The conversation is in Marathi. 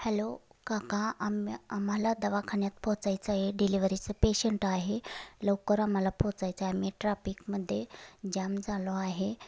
हॅलो काका आम्ही आम्हाला दवाखान्यात पोहचायचं आहे डिलिव्हरीचं पेशंट आहे लवकर आम्हाला पोहोचायचं आहे आम्ही ट्रापिकमध्ये जाम झालो आहे